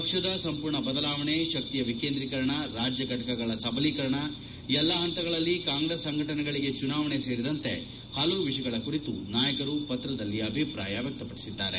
ಪಕ್ಷದ ಸಂಪೂರ್ಣ ಬದಲಾವಣೆ ಶಕ್ತಿಯ ವಿಕೇಂದ್ರೀಕರಣ ರಾಜ್ಯ ಘಟಕಗಳ ಸಬಲೀಕರಣ ಎಲ್ಲಾ ಹಂತಗಳಲ್ಲಿ ಕಾಂಗ್ರೆಸ್ ಸಂಘಟನೆಗಳಿಗೆ ಚುನಾವಣೆ ಸೇರಿದಂತೆ ಹಲವು ವಿಷಯಗಳ ಕುರಿತು ನಾಯಕರು ಪತ್ರದಲ್ಲಿ ಅಭಿಪ್ರಾಯ ವ್ಯಕ್ತಪಡಿಸಿದ್ದಾರೆ